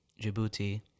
Djibouti